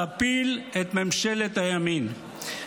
להפיל את ממשלת הימין.